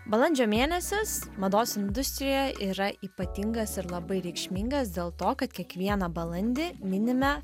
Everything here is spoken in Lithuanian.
balandžio mėnesis mados industrijoje yra ypatingas ir labai reikšmingas dėl to kad kiekvieną balandį minime